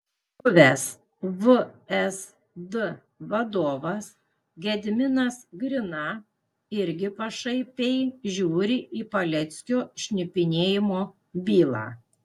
buvęs vsd vadovas gediminas grina irgi pašaipiai žiūri į paleckio šnipinėjimo bylą